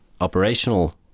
operational